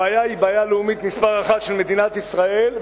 הבעיה היא בעיה לאומית מספר אחת של מדינת ישראל,